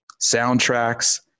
soundtracks